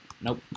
Nope